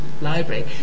library